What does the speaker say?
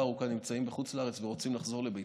ארוכה נמצאים בחוץ לארץ ורוצים לחזור לביתם,